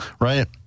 Right